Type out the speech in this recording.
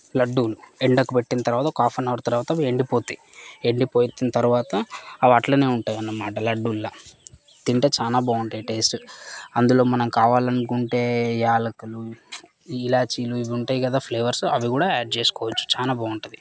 లడ్డూలు ఎండకు పట్టిన తర్వాత ఒక హాఫ్ ఆన్ అవర్ తర్వాత అవి ఎండిపోతాయి ఎండి పోయిన తర్వాత అవి అట్లనే ఉంటాయి అనమాట లడ్డుల్లా తింటే చాలా బాగుంటాయి టేస్ట్ అందులో మనం కావాలనుకుంటే యాలకులు ఇలాచీలు ఉంటాయి కదా ఫ్లేవర్స్ అవి కూడా యాడ్ చేసుకోవచ్చు చాలా బాగుంటుంది